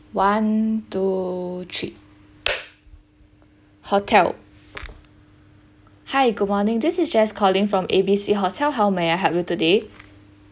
one two three hotel hi good morning this is jess calling from A B C hotel how may I help you today